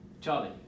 Charlie